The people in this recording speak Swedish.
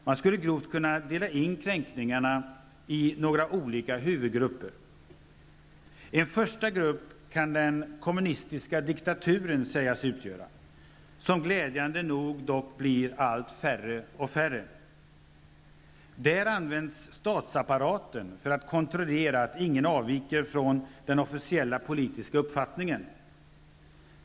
Man skulle grovt kunna dela in kränkningarna i några huvudgrupper. En första grupp kan de kommunistiska dikaturerna sägas utgöra, som dock glädjande nog blir allt färre. Där används statsapparaten för att kontrollera att ingen avviker från den officiella politiska uppfattningen.